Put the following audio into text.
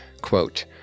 Quote